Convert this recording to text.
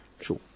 Sure